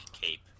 cape